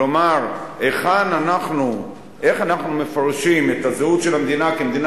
כלומר איך אנחנו מפרשים את הזהות של המדינה כמדינה